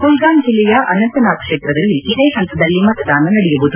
ಕುಲ್ಗಾಮ್ ಜಿಲ್ಲೆಯ ಅನಂತನಾಗ್ ಕ್ಷೇತ್ರದಲ್ಲಿ ಇದೇ ಹಂತದಲ್ಲಿ ಮತದಾನ ನಡೆಯುವುದು